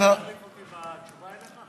אתה רוצה להחליף אותי בתשובה אליך?